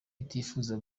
atifuza